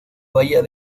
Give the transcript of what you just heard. bahía